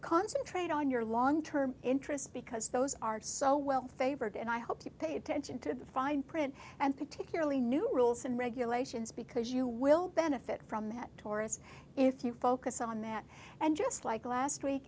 concentrate on your long term interests because those are so well favored and i hope you pay attention to the fine print and particularly new rules and regulations because you will benefit from that taurus if you focus on that and just like last week